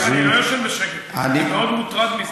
אגב, אני לא ישן בשקט, אני מאוד מוטרד מזה.